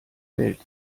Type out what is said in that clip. welt